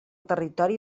territori